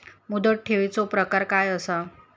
मुदत ठेवीचो प्रकार काय असा?